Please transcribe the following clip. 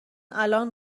الان